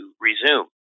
resume